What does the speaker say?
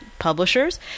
Publishers